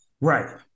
Right